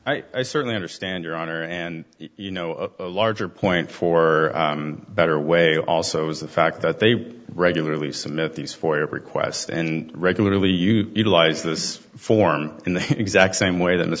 long i certainly understand your honor and you know a larger point for better way also is the fact that they regularly submit these for every quest and regularly utilize this form in the exact same way than th